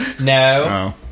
No